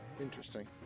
Interesting